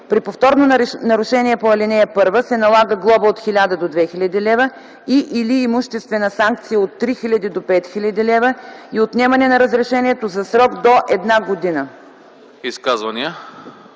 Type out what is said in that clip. При повторно нарушение по ал. 1 се налага глоба от 1000 до 2000 лв. и/или имуществена санкция от 3000 до 5000 лв. и отнемане на разрешението за срок до една година.”